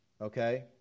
okay